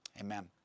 amen